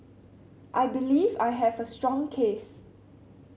I believe I have a strong case